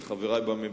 את חברי בממשלה,